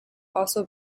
also